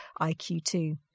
IQ2